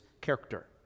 character